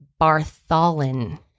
bartholin